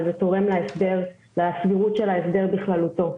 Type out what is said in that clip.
אבל זה תורם לסבירות של ההסדר בכללותו.